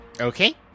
Okay